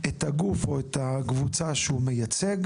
את הגוף או את הקבוצה שהוא מייצג,